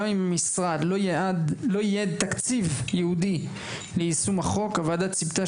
גם אם משרד לא ייעד תקציב ייעודי ליישום החוק הוועדה ציפתה